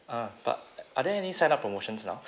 ah but are there any sign up promotions now